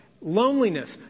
Loneliness